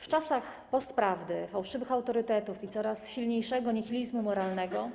W czasach postprawdy, fałszywych autorytetów i coraz silniejszego nihilizmu moralnego